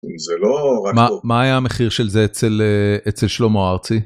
זה לא.. מה היה המחיר של זה אצל אצל שלמה ארצי.